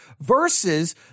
versus